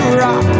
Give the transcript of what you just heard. rock